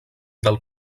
del